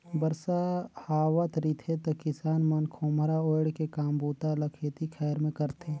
बरसा हावत रिथे त किसान मन खोम्हरा ओएढ़ के काम बूता ल खेती खाएर मे करथे